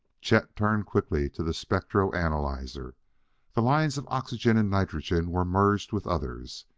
chet turned quickly to the spectro-analyzer the lines of oxygen and nitrogen were merged with others,